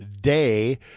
day